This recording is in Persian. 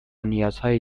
نیازهای